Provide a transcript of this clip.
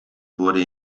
wurde